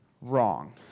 Wrong